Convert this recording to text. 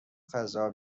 فضا